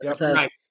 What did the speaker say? Right